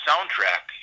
soundtrack